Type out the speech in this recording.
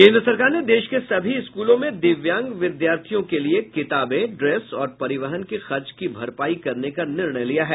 केंद्र सरकार ने देश के सभी स्कूलों में दिव्यांग विद्यार्थियों के लिये किताबें ड्रेस और परिवहन की खर्च का भरपाई करने का निर्णय लिया है